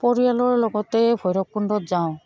পৰিয়ালৰ লগতে ভৈৰৱকুণ্ডত যাওঁ